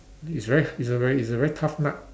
it's a ve~ it's a very it's a very tough nut